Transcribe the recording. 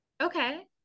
okay